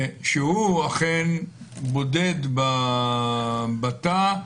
שהוא אכן בודד בתא,